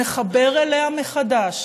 נחבר אליה מחדש